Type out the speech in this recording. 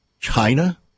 China